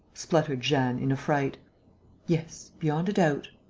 spluttered jeanne, in affright. yes, beyond a doubt.